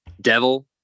Devil